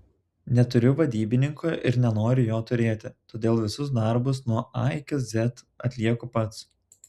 neturiu vadybininko ir nenoriu jo turėti todėl visus darbus nuo a iki z atlieku pats